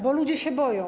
Bo ludzie się boją.